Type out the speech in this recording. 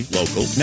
local